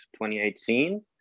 2018